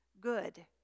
good